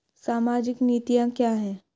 सामाजिक नीतियाँ क्या हैं?